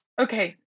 Okay